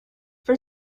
for